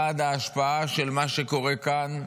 ההשפעה של מה שקורה כאן,